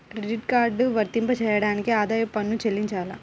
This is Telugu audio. క్రెడిట్ కార్డ్ వర్తింపజేయడానికి ఆదాయపు పన్ను చెల్లించాలా?